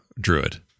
Druid